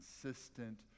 consistent